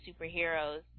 superheroes